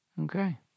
Okay